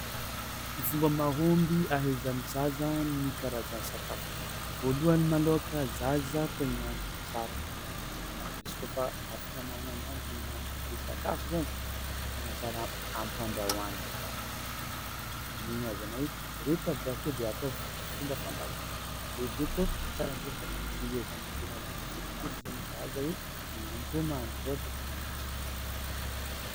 Ny fomba mahomby ahaizan'ny zaza ny karazan'ny sakafo, voalohany malôha ka zaza tegna tsara mala tegna zaza izy kôfa afaka mahay an-dragno mahay manipule sakafo zany, tegna tsara ampandrahoana zaza, amegna azy anao hoe reto avy raha akeo de ataovy fomba fandrahoana izy de aveo koa tsara ampinariny ts- ezahana ampianariny tsikelikely zany ny zaza hoe magnantô mahndro zô de magnantô mahadro zô.